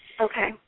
Okay